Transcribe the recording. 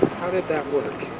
did that work?